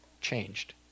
changed